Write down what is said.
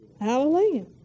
Hallelujah